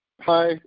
Hi